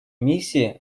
миссии